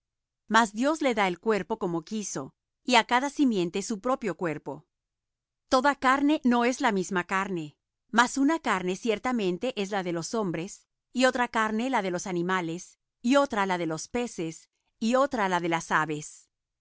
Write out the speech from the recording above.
mas dios le da el cuerpo como quiso y á cada simiente su propio cuerpo toda carne no es la misma carne mas una carne ciertamente es la de los hombres y otra carne la de los animales y otra la de los peces y otra la de las aves